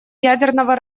ядерного